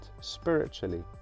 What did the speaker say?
spiritually